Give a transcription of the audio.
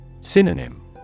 synonym